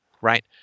right